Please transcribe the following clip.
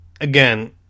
again